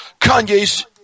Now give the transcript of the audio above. Kanye's